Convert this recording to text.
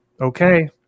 okay